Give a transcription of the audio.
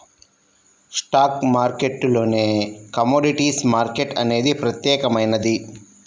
stock మార్కెట్టులోనే commodities market అనేది ప్రత్యేకమైనది